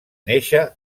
néixer